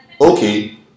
okay